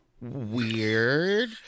weird